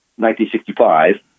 1965